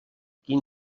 quin